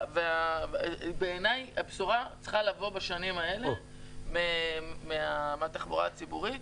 בעיני הבשורה צריכה לבוא בשנים האלה מהתחבורה הציבורית.